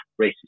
racist